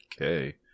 Okay